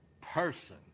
person